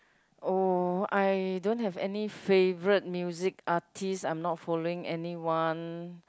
oh I don't have any favourite music artist I'm not follow anyone